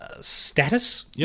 status